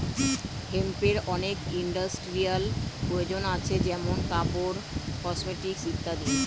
হেম্পের অনেক ইন্ডাস্ট্রিয়াল প্রয়োজন আছে যেমন কাপড়, কসমেটিকস ইত্যাদি